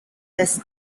less